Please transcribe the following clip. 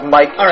Mike